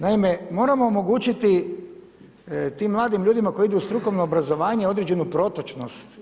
Naime, moramo omogućiti tim mladim ljudima koji idu u strukovno obrazovanje određenu protočnost.